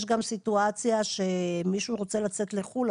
יש גם סיטואציה שמישהו רוצה לצאת לחו"ל,